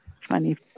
funny